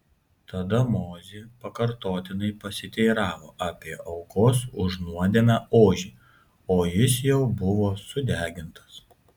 tada mozė pakartotinai pasiteiravo apie aukos už nuodėmę ožį o jis jau buvo sudegintas